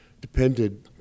depended